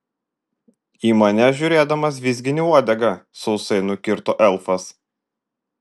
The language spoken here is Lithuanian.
į mane žiūrėdamas vizgini uodegą sausai nukirto elfas